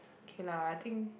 okay lah I think